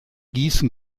gießen